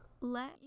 let